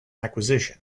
acquisition